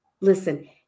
Listen